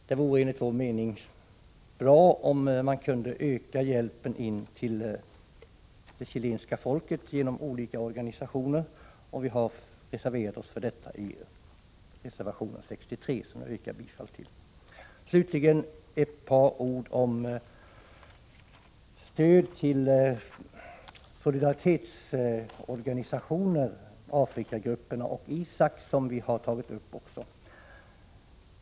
Det vore enligt vår mening bra om man kunde öka hjälpen till det chilenska folket genom olika organsiationer, och vi har reserverat oss för detta i reservation 63, som jag yrkar bifall till. Slutligen några ord om stöd till solidaritetsorganisationerna, Afrikagrupperna och ISAK.